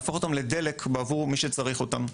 להפוך אותם לדלק בעבור מי שצריך אותם.